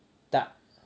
tak